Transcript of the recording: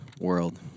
world